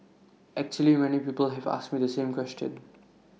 actually many people have asked me the same question